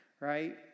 right